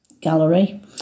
Gallery